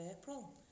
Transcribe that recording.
April